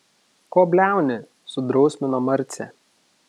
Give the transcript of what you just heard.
ko bliauni sudrausmino marcę